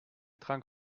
trank